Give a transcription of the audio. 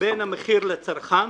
בין המחיר לצרכן,